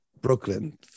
Brooklyn